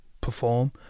perform